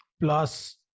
Plus